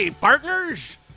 partners